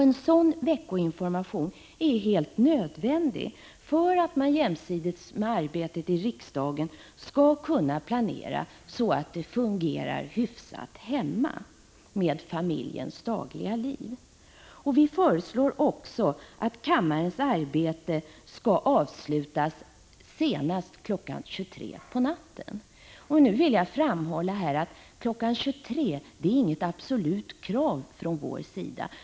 En sådan veckoinformation är helt nödvändig för att man skall kunna planera så att familjens dagliga liv kan fungera hyfsat jämsides med arbetet i kammaren. Vi föreslår också att arbetet i kammaren skall avslutas senast kl. 23.00. Jag vill framhålla att kl. 23.00 nu inte är något absolut krav från vår sida. Vi Prot.